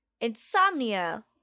insomnia